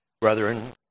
Brethren